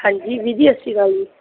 ਹਾਂਜੀ ਵੀਰ ਜੀ ਸਤਿ ਸ਼੍ਰੀ ਅਕਾਲ ਜੀ